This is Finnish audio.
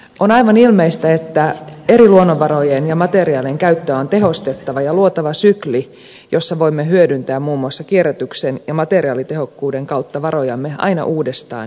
on aivan ilmeistä että eri luonnonvarojen ja materiaalien käyttöä on tehostettava ja luotava sykli jossa voimme hyödyntää muun muassa kierrätyksen ja materiaalitehokkuuden kautta varojamme aina uudestaan ja uudestaan